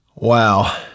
Wow